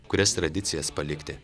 kurias tradicijas palikti